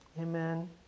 Amen